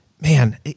Man